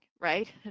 right